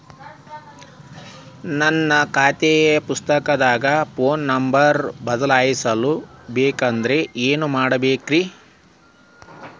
ನನ್ನ ಖಾತೆ ಪುಸ್ತಕದಾಗಿನ ಫೋನ್ ನಂಬರ್ ಬದಲಾಯಿಸ ಬೇಕಂದ್ರ ಏನ್ ಮಾಡ ಬೇಕ್ರಿ?